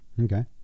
Okay